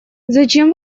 зачем